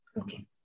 Okay